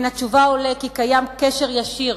מן התשובה עולה כי קיים קשר ישיר